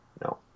No